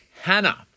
Hannah